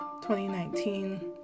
2019